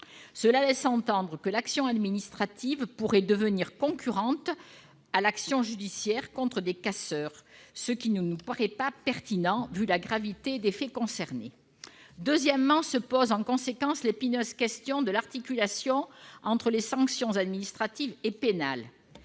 Cela donne à entendre que l'action administrative pourrait devenir concurrente de l'action judiciaire contre des casseurs, ce qui ne nous paraît pas pertinent au regard de la gravité des faits concernés. Se pose en conséquence l'épineuse question de l'articulation entre les sanctions administrative et pénale.